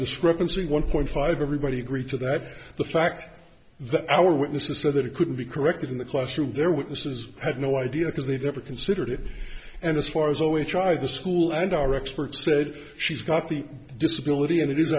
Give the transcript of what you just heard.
discrepancy one point five everybody agreed to that the fact that our witnesses said that it couldn't be corrected in the classroom their witnesses had no idea because they'd never considered it and as far as always try the school and our experts said she's got the disability and it is